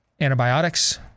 antibiotics